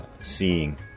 seeing